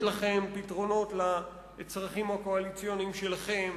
לכם פתרונות לצרכים הקואליציוניים שלכם,